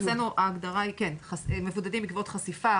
אצלנו ההגדרה היא מבודדים בעקבות חשיפה,